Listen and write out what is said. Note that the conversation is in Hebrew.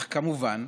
אך כמובן,